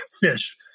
fish